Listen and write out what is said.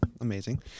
amazing